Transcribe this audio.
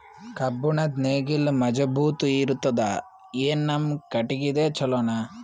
ಕಬ್ಬುಣದ್ ನೇಗಿಲ್ ಮಜಬೂತ ಇರತದಾ, ಏನ ನಮ್ಮ ಕಟಗಿದೇ ಚಲೋನಾ?